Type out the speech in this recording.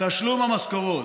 תשלום המשכורת: